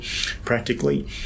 practically